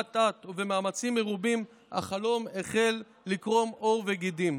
אט-אט ובמאמצים רבים החלום החל לקרום עור וגידים.